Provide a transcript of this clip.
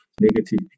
negative